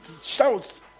shouts